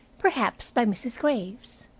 perhaps by mrs. graves.